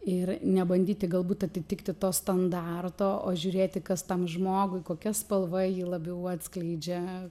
ir nebandyti galbūt atitikti to standarto o žiūrėti kas tam žmogui kokia spalva jį labiau atskleidžia